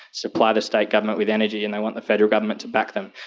supply the state government with energy and they want the federal government to back them.